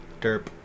Derp